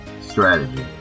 strategy